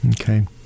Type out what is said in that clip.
Okay